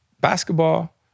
basketball